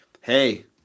Hey